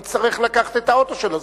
הוא יצטרך לקחת את האוטו שלו,